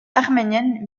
arménienne